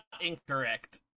incorrect